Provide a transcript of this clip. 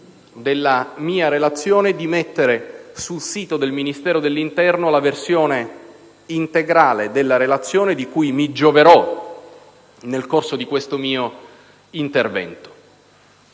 della mia relazione, di mettere sul sito del Ministero dell'interno la versione integrale della relazione di cui mi gioverò nel corso di questo mio intervento.